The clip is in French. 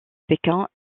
pékin